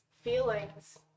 feelings